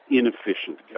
inefficient